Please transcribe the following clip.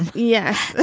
yes.